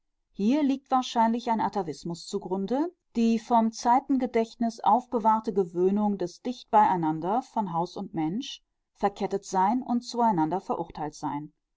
hier liegt wahrscheinlich ein atavismus zugrunde die vom zeitengedächtnis aufbewahrte gewöhnung des dichtbeieinander von haus und mensch verkettetsein und zueinanderverurteiltsein ein